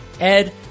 Ed